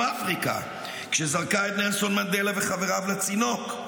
אפריקה כשזרקה את נלסון מנדלה וחבריו לצינוק.